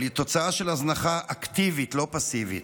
אבל היא תוצאה של הזנחה אקטיבית, לא פסיבית,